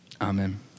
amen